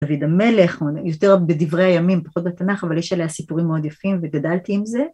דוד המלך, יותר בדברי הימים, פחות בתנ״ך, אבל יש עליה סיפורים מאוד יפים וגדלתי עם זה.